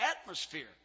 atmosphere